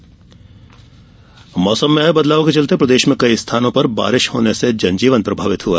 मौसम मौसम में आये बदलाव के चलते प्रदेश में कल कई स्थानों पर बारिश होने से जनजीवन प्रभावित हुआ